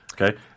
Okay